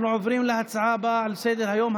אנחנו עוברים להצעה הבאה על סדר-היום,